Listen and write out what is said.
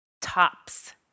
tops